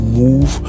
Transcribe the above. move